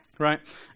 right